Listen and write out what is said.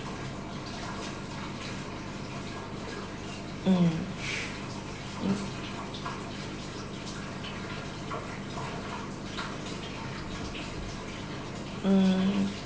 mm mm mm